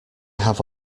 have